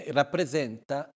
rappresenta